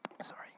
Sorry